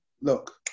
look